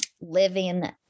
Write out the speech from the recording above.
living